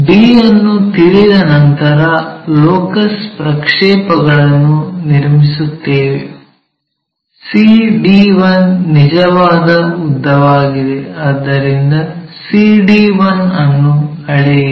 d ಅನ್ನು ತಿಳಿದ ನಂತರ ಲೋಕಸ್ ಪ್ರಕ್ಷೇಪಗಳನ್ನು ನಿರ್ಮಿಸುತ್ತೇವೆ c d1 ನಿಜವಾದ ಉದ್ದವಾಗಿದೆ ಆದ್ದರಿಂದ c d1 ಅನ್ನು ಅಳೆಯಿರಿ